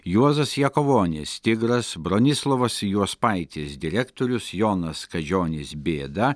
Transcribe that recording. juozas jakavonis tigras bronislovas juospaitis direktorius jonas kadžionis bėda